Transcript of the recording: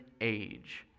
age